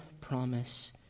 promise